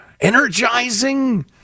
energizing